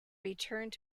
returned